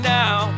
now